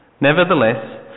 Nevertheless